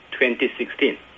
2016